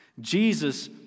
Jesus